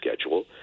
schedule